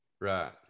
right